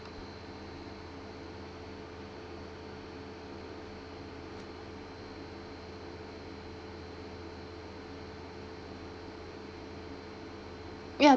ya